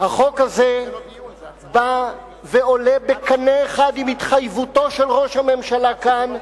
החוק הזה בא ועולה בקנה אחד עם התחייבותו של ראש הממשלה כאן.